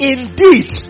Indeed